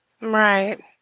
Right